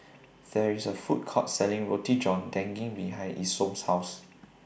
There IS A Food Court Selling Roti John Daging behind Isom's House